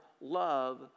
love